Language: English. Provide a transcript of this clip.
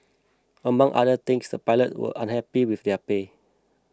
among other things the pilot were unhappy with their pay